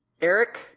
Eric